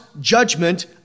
judgment